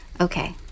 okay